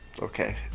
Okay